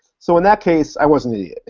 so in that case i was an idiot.